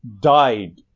died